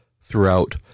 throughout